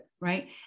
right